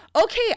Okay